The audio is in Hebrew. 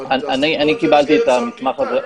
אבל תעשו את זה דרך סל הקליטה.